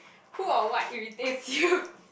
who or what irritates~ you